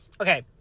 Okay